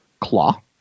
Claw